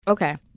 Okay